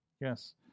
Yes